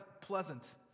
pleasant